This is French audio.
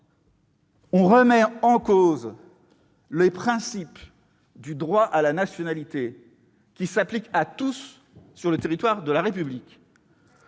On remet en cause les principes du droit à la nationalité, qui s'appliquent à tous sur le territoire de la République,